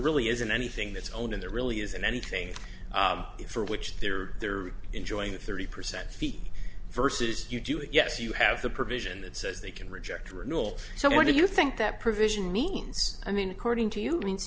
really isn't anything that's onan there really isn't anything for which there there enjoying the thirty percent fee versus you do it yes you have the provision that says they can reject renewal so what do you think that provision means i mean according to you means